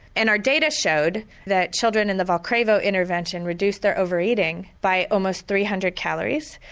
and our data showed that children in the vulcravo intervention reduced their overeating by almost three hundred calories.